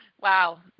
wow